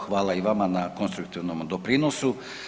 Hvala i vama na konstruktivnom doprinosu.